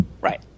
Right